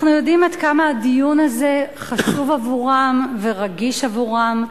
אנחנו יודעים עד כמה הדיון הזה חשוב עבורם ורגיש עבורם.